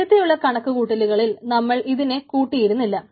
നേരത്തെ ഉള്ള കണക്കുകൂട്ടലുകളിൽ നമ്മൾ ഇതിനെ കൂട്ടി ഇരുന്നില്ല